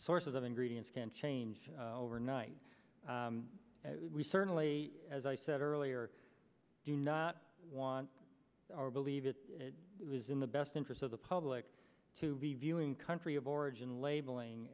sources of ingredients can change overnight and we certainly as i said earlier do not want or believe it is in the best interest of the public to be viewing country of origin labeling